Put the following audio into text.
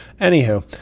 Anywho